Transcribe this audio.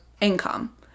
income